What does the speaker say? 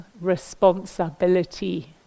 responsibility